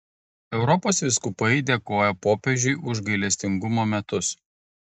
europos vyskupai dėkoja popiežiui už gailestingumo metus